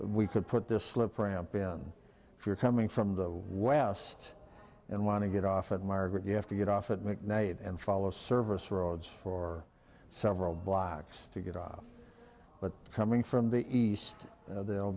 we could put this slip ramp in if you're coming from the west and want to get off and margaret you have to get off at midnight and follow service roads for several blocks to get off but coming from the east there